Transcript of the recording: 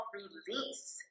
release